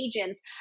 agents